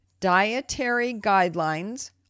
dietaryguidelines